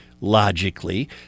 logically